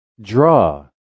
draw